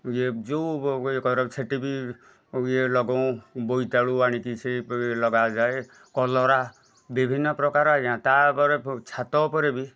ଇଏ ଯେଉଁ ଇଏ କର ସେଠି ବି ଇଏ ଲଗାଉ ବୋଇତାଳୁ ଆଣିକି ସେ ଲଗାଯାଏ କଲରା ବିଭିନ୍ନ ପ୍ରକାର ଆଜ୍ଞା ତାପରେ ଛାତ ଉପରେ ବି